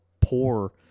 poor